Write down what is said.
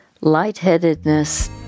lightheadedness